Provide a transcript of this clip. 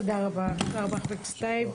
תודה רבה, חבר הכנסת טייב.